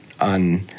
on